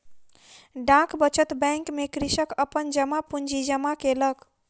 डाक बचत बैंक में कृषक अपन जमा पूंजी जमा केलक